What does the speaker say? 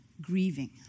grieving